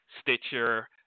Stitcher